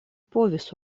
povis